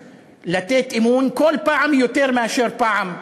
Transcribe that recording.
לתת אמון כל פעם יותר מאשר בפעם שעברה,